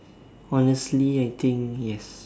honestly I think ya